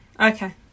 Okay